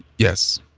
yes.